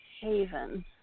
Haven